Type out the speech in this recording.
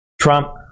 Trump